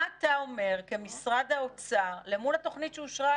מה אתה אומר כמשרד האוצר למול התוכנית שאושרה,